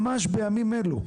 ממש בימים אלה,